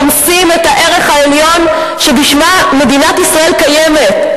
רומסים את הערך העליון שבשמו מדינת ישראל קיימת.